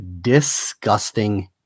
Disgusting